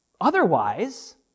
Otherwise